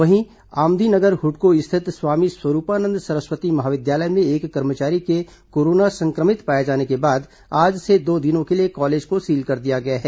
वहीं आमदी नगर हुडको स्थित स्वामी स्वरूपानंद सरस्वती महाविद्यालय में एक कर्मचारी के कोरोना संक्रमित पाए जाने के बाद आज से दो दिनों के लिए कॉलेज को सील कर दिया गया है